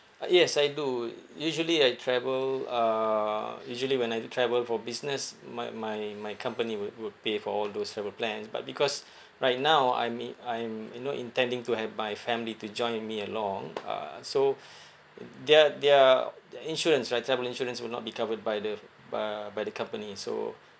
ah yes I do usually I travel uh usually when I travel for business my my my company would would pay for all those travel plans but because right now I'm i~ I'm you know intending to help my family to join me along uh so uh their their their insurance right travel insurance will not be covered by the f~ b~ uh by the company so